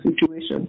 situation